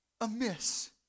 amiss